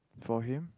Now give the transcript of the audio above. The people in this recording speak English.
for him